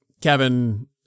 Kevin